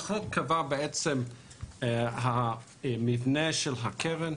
החוק קבע את המבנה של הקרן,